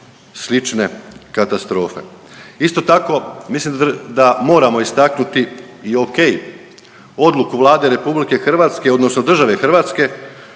slične katastrofe. Isto tako mislim da moramo istaknuti i okej, odluku Vlade RH odnosno države hrvatske